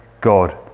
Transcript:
God